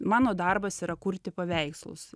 mano darbas yra kurti paveikslus